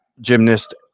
gymnast